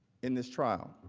in this trial.